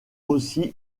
aussi